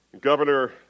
Governor